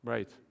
Right